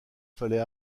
fallait